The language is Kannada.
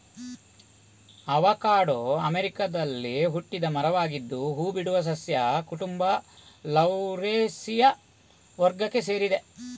ಆವಕಾಡೊ ಅಮೆರಿಕಾದಲ್ಲಿ ಹುಟ್ಟಿದ ಮರವಾಗಿದ್ದು ಹೂ ಬಿಡುವ ಸಸ್ಯ ಕುಟುಂಬ ಲೌರೇಸಿಯ ವರ್ಗಕ್ಕೆ ಸೇರಿದೆ